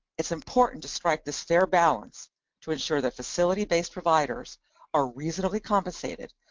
it's important to strike this fair balance to ensure that facility based providers are reasonably compensated,